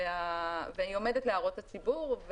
והיא עומדת להערות הציבור.